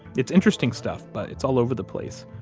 it's interesting stuff, but it's all over the place.